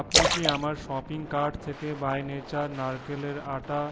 আপনি কি আমার শপিং কার্ট থেকে বাই নেচার নারকেলের আটা